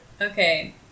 Okay